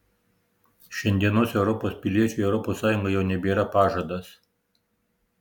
šiandienos europos piliečiui europos sąjunga jau nebėra pažadas